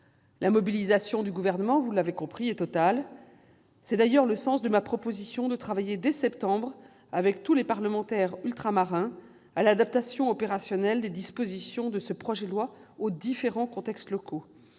La mobilisation du Gouvernement est, vous l'avez compris, totale. C'est le sens de ma proposition de travailler dès septembre, avec tous les parlementaires ultramarins, à l'adaptation opérationnelle de la future loi aux différents contextes locaux.